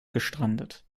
gestrandet